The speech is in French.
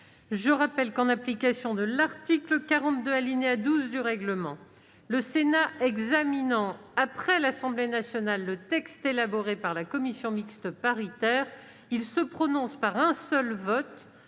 Je rappelle que, en application de l'article 42, alinéa 12, du règlement, le Sénat examinant après l'Assemblée nationale le texte élaboré par la commission mixte paritaire, il se prononce par un seul vote